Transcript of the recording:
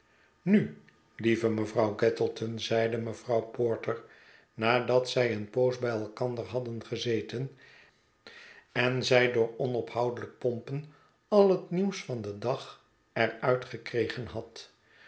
nu lieve mevrouw gattleton zeide mevrouw porter nadat zij een poos bij elkander hadden gezeten en zij door onophoudelijk pompen al het nieuws van den dag er uitgekregen had